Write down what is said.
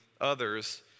others